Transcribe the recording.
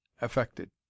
affected